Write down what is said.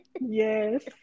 Yes